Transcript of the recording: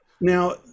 now